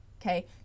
Okay